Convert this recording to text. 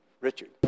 Richard